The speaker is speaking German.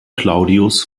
claudius